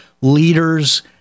leaders